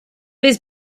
his